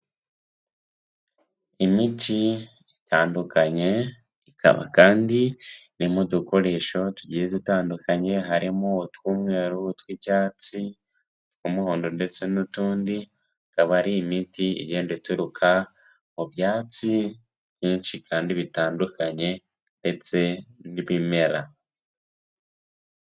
Imiti itandukanye ikaba kandi irimo udukoresho tugiye dutandukanye, harimo utw'umweru, utw'icyatsi, utw'umuhondo ndetse n'utundi, ikaba ari imiti igenda ituruka mu byatsi byinshi kandi bitandukanye ndetse n'ibimera.